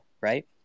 right